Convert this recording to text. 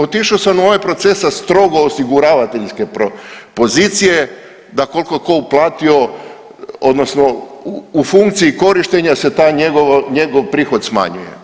Otišao sam u ovaj proces sa strogo osiguravateljske pozicije, da koliko je tko uplatio odnosno u funkciji korištenja se taj njegov prihod smanjuje.